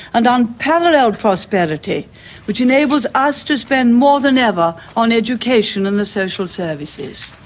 and unparalleled prosperity which enables us to spend more than ever on education and the social services.